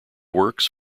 works